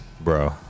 Bro